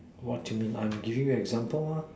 what you mean I am giving you example mah